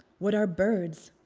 what are birds?